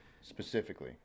specifically